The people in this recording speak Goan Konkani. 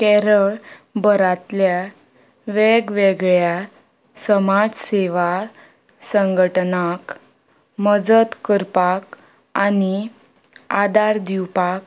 केरळ भरांतल्या वेगवेगळ्या समाज सेवा संघटनाक मजत करपाक आनी आदार दिवपाक